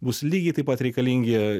bus lygiai taip pat reikalingi